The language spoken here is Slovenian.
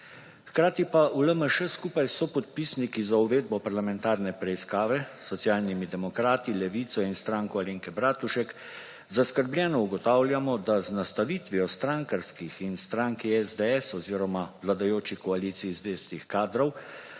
Hkrati pa v LMŠ, skupaj s sopodpisniki za uvedbo parlamentarne preiskave, Socialnimi demokrati, Levico in Stanko Alenke Bratušek, zaskrbljeno ugotavljamo, da z nastavitvijo strankarskih in stranki SDS oziroma vladajoči koaliciji zvestih kadrov